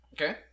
Okay